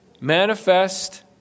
Manifest